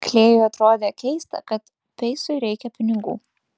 klėjui atrodė keista kad peisui reikia pinigų